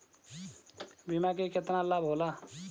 बीमा के केतना लाभ होला?